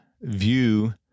view